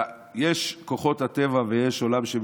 יש כוחות הטבע ויש עולם שמתנהל,